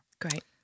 Great